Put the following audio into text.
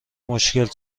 مشکل